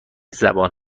زبان